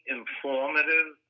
informative